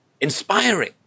inspiring